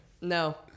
No